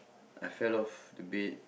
I fell off a bit